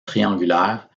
triangulaire